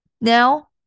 now